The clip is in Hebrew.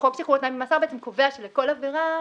חוק שחרור על-תנאי ממאסר קובע שלכל עבירה,